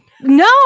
No